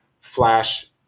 Flash